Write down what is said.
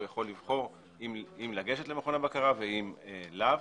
הוא יכול לבחור אם לגשת למכוני הבקרה ואם לאו.